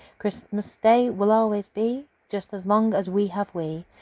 christmas day will always be just as long as we have we.